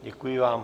Děkuji vám.